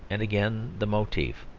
and again the motif.